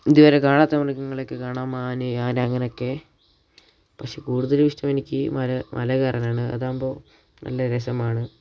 ഇതുവരെ കാണാത്ത മൃഗങ്ങളെയൊക്കെ കാണാം മാൻ ആന അങ്ങനെയൊക്കെ പക്ഷെ കൂടുതലും ഇഷ്ടം എനിക്ക് മല മലകയറാനാണ് അതാവുമ്പോൾ നല്ല രസമാണ്